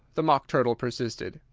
the mock turtle persisted.